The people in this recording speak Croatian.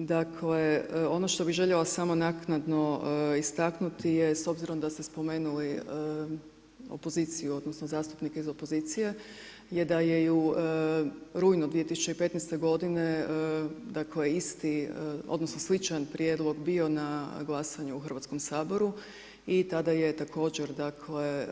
Dakle, ono što bih željela samo naknadno istaknuti je s obzirom da ste spomenuli opoziciju, odnosno zastupnike iz opozicije, je i da je u rujnu 2015. godine dakle, isti odnosno sličan prijedlog bio na glasanju u Hrvatskom saboru i tada je također dakle,